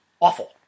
awful